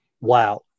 wow